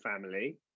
family